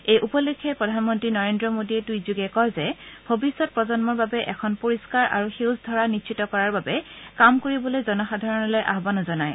এই উপলক্ষে প্ৰধানমন্ত্ৰী নৰেন্দ্ৰ মোদীয়ে টৃইটযোগে ভৱিষ্যৎ প্ৰজন্মৰ বাবে এখন পৰিষ্কাৰ আৰু সেউজ ধৰা নিশ্চিত কৰাৰ বাবে কাম কৰিবলৈ জনসাধাৰণলৈ আহান জনায়